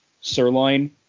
sirloin